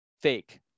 fake